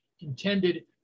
intended